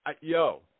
yo –